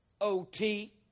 OT